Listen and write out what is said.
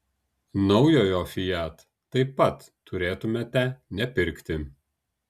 naujojo fiat taip pat turėtumėte nepirkti